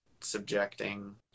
subjecting